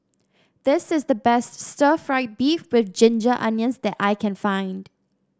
this is the best Stir Fried Beef with Ginger Onions that I can find